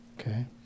Okay